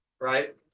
right